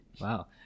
Wow